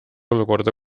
olukorda